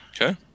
Okay